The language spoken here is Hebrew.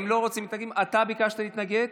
אתה ביקשת להתנגד?